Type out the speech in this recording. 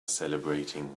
celebrating